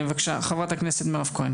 מירב כהן.